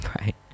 Right